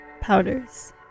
Powders